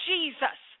Jesus